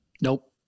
Nope